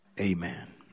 Amen